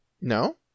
No